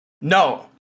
no